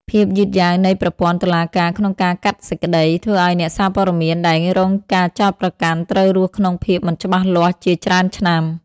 ភាពយឺតយ៉ាវនៃប្រព័ន្ធតុលាការក្នុងការកាត់សេចក្តី ធ្វើឱ្យអ្នកសារព័ត៌មានដែលរងការចោទប្រកាន់ត្រូវរស់ក្នុងភាពមិនច្បាស់លាស់ជាច្រើនឆ្នាំ។